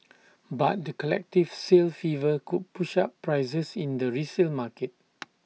but the collective sale fever could push up prices in the resale market